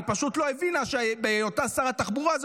היא פשוט לא הבינה שבהיותה שרת התחבורה זה